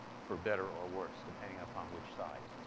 for better or worse depending upon which side.